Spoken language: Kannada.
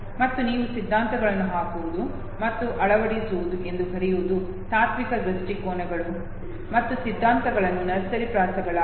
ಮತ್ತು ನೀವು ಸಿದ್ಧಾಂತಗಳನ್ನು ಹಾಕುವುದು ಮತ್ತು ಅಳವಡಿಸುವುದು ಎಂದು ಕರೆಯುವುದು ತಾತ್ವಿಕ ದೃಷ್ಟಿಕೋನಗಳು ಮತ್ತು ಸಿದ್ಧಾಂತಗಳನ್ನು ನರ್ಸರಿ ಪ್ರಾಸಗಳಾಗಿ